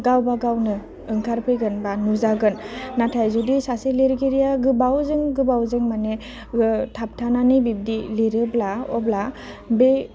गावबागावनो ओंखारफैगोन बा नुजागोन नाथाय जुदि सासे लिरगिरिया गोबावजों गोबावजों माने थाबथानानै बिबदि लिरोब्ला अब्ला बे